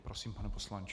Prosím, pane poslanče.